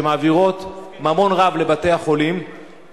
שמעבירות ממון רב לבתי-החולים,